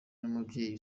n’umubyeyi